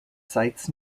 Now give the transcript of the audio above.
sites